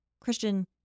Christian